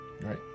right